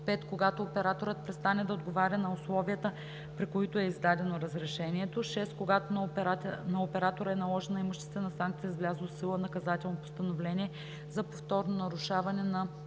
5. когато операторът престане да отговаря на условията, при които е издадено разрешението; 6. когато на оператора е наложена имуществена санкция с влязло в сила наказателно постановление за повторно нарушаване на